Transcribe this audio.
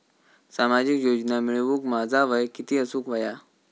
सामाजिक योजना मिळवूक माझा वय किती असूक व्हया?